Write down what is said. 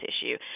issue